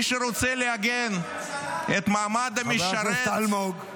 מי שרוצה לעגן את מעמד המשרת -- חבר הכנסת אלמוג.